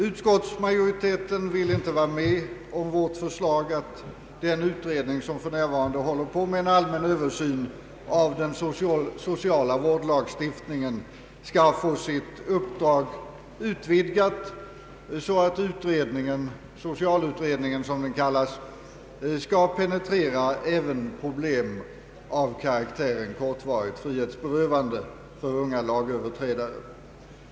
Utskottsmajoriteten vill inte vara med på vårt förslag om att den utredning som för närvarande håller på med en allmän översyn av den sociala vårdlagstiftningen skall få sitt uppdrag utvidgat så att socialutredningen — som den kallas — skall penetrera även problem av karaktären kortvarigt frihetsberövande för unga lagöverträdare.